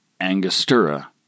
Angostura